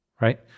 right